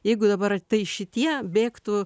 jeigu dabar tai šitie bėgtų